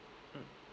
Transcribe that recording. mm